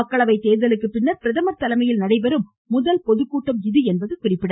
மக்களவை தேர்தலுக்கு பின்னர் பிரதமர் தலைமையில் நடைபெறும் முதல் பொதுக்கூட்டம் இது என்பது குறிப்பிடத்தக்கது